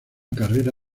carrera